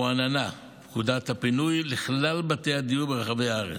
רועננה פקודת הפינוי לכלל בתי הדיור ברחבי הארץ.